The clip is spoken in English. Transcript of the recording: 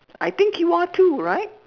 I think you are too right